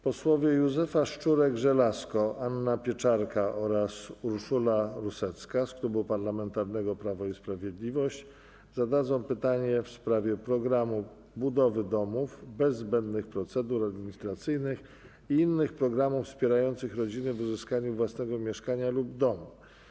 Posłowie Józefa Szczurek-Żelazko, Anna Pieczarka oraz Urszula Rusecka z Klubu Parlamentarnego Prawo i Sprawiedliwość zadadzą pytanie w sprawie programu budowy domów bez zbędnych procedur administracyjnych i innych programów wspierających rodziny w uzyskaniu własnego mieszkania lub domu.